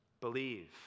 believe